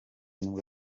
nibwo